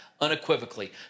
unequivocally